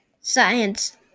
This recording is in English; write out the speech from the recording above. science